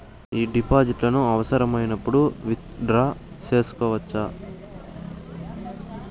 ఈ డిపాజిట్లను అవసరమైనప్పుడు విత్ డ్రా సేసుకోవచ్చా?